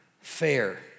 fair